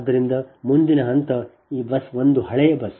ಆದ್ದರಿಂದ ಮುಂದಿನ ಹಂತ ಈ ಬಸ್ 1 ಹಳೆಯ ಬಸ್